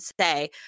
say